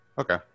Okay